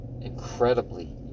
incredibly